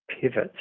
pivots